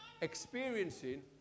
experiencing